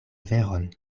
veron